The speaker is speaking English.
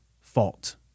fault